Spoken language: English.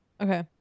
Okay